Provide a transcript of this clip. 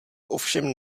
ovšem